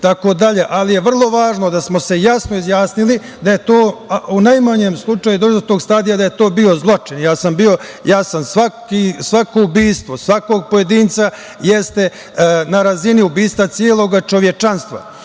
ali je vrlo važno da smo se jasno izjasnili da je to u najmanjem slučaju, da je to bio zločin. Ja sam svako ubistvo, svakog pojedinca jeste na razini ubistva celog čovečanstva.